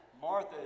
martha